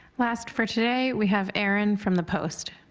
last for today we have aaron from the post.